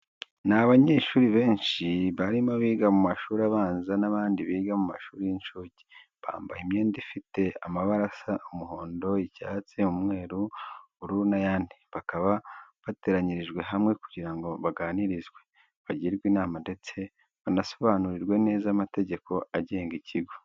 Ni abanyeshuri benshi harimo abiga mu mashuri abanza n'abandi biga mu mashuri y'incuke. Bambaye imyenda ifite amabara asa umuhondo, icyatsi, umweru, ubururu n'ayandi. Bakaba bateranyirijwe hamwe kugira ngo baganirizwe, bagirwe inama ndetse banasobanurirwe neza amategeko agenga ikigo.